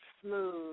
Smooth